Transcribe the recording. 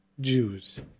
Jews